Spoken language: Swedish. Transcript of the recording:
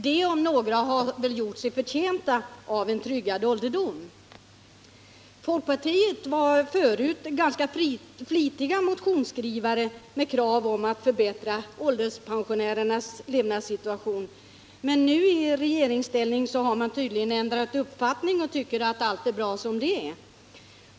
De om några har väl gjort sig förtjänta av en tryggad ålderdom. Folkpartisterna var förut ganska flitiga motionsskrivare med krav på att förbättra ålderspensionärernas levnadssituation, men nu, i regeringsställning, har man tydligen ändrat uppfattning och tycker att allt är bra som det är.